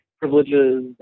privileges